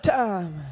time